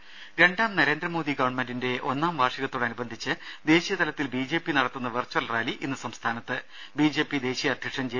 രുമ രണ്ടാം നരേന്ദ്രമോദി ഗവൺമെന്റിന്റെ ഒന്നാം വാർഷികത്തിനോടനുബന്ധിച്ച് ദേശീയ തലത്തിൽ ബിജെപി നടത്തുന്ന വെർച്വൽ ഇന്ന് റാലി സംസ്ഥാനത്ത് ബിജെപി ദേശീയ അധ്യക്ഷൻ ജെ